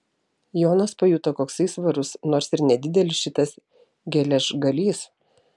jonas pajuto koksai svarus nors ir nedidelis šitas geležgalys